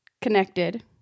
connected